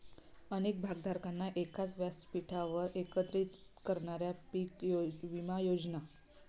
अनेक भागधारकांना एकाच व्यासपीठावर एकत्रित करणाऱ्या पीक विमा योजना